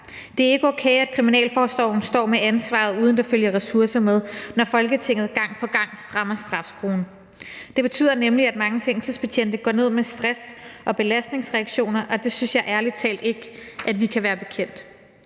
Det er ikke okay, at kriminalforsorgen står med ansvaret, uden at der følger ressourcer med, når Folketinget gang på gang strammer straffeskruen. Det betyder nemlig, at mange fængselsbetjente går ned med stress og belastningsreaktioner, og det synes jeg ærlig talt ikke vi kan være bekendt.